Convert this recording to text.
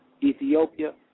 Ethiopia